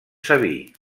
sabí